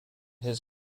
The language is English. his